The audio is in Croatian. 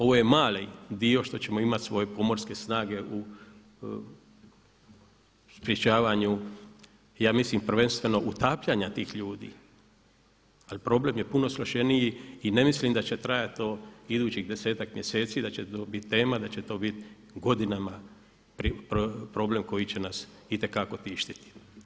Ovo je mali dio što ćemo imati svoje pomorske snage u sprječavanju ja mislim prvenstveno utapljanja tih ljudi, ali problem je puno složeniji i ne mislim da će trajati do idućih desetak mjeseci, da će to bit tema, da će to bit godinama problem koji će nas itekako tištiti.